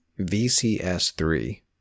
VCS3